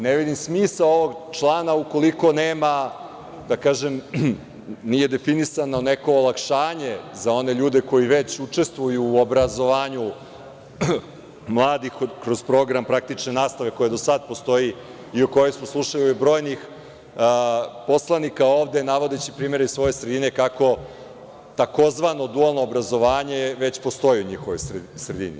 Ne vidim smisao ovog člana ukoliko nema, to jest ako nije definisano neko olakšanje za one ljude koji već učestvuju u obrazovanju mladih kroz program praktične nastave koja do sada postoji i o kojoj smo slušali od brojnih poslanika ovde, navodeći primere iz svoje sredine, kako tzv. dualno obrazovanje već postoji u njihovoj sredini.